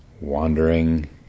wandering